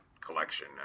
collection